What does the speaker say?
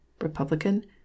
Republican